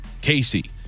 Casey